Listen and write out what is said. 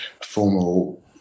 formal